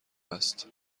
است